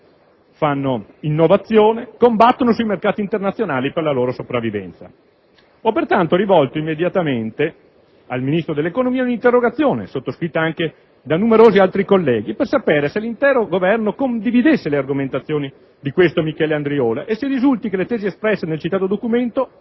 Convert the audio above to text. fanno innovazione, combattono sui mercati internazionali per la loro sopravvivenza. Ho pertanto rivolto immediatamente al Ministro dell'economia un'interrogazione, sottoscritta anche da numerosi altri colleghi, per sapere se l'intero Governo condividesse le argomentazioni di questo Michele Andriola e se risulti che le tesi espresse nel citato documento,